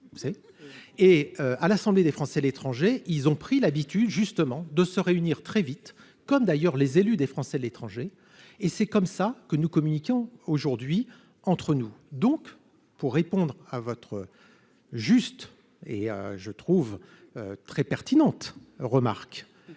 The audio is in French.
et à l'Assemblée des Français, l'étranger, ils ont pris l'habitude, justement, de se réunir très vite, comme d'ailleurs les élus des Français de l'étranger et c'est comme ça que nous communiquions aujourd'hui entre nous, donc, pour répondre à votre juste et je trouve très pertinente remarque